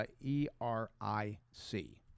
E-R-I-C